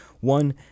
One